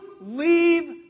leave